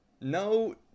no